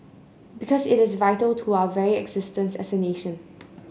because it is vital to our very existence as a nation